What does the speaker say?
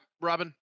Robin